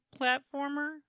platformer